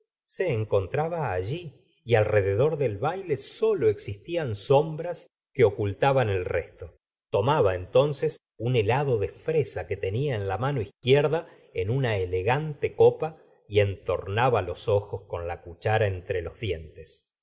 se encontraba allí y alrededor del baile solo existían sombras que ocultaban el resto tomaba entonces un helado de fresa que tenía en la mano izquierda en una elegante copa y entornaba los ojos con la cuchara entre los dientes